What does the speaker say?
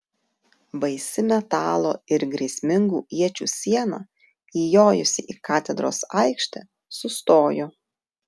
baisi metalo ir grėsmingų iečių siena įjojusi į katedros aikštę sustojo